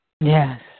Yes